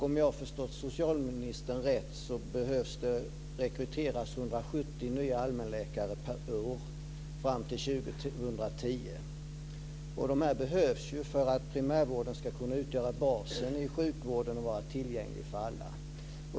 Om jag har förstått socialministern rätt behöver det rekryteras 170 nya allmänläkare per år fram till 2010. De behövs för att primärvården ska kunna utgöra basen i sjukvården och vara tillgänglig för alla.